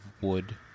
wood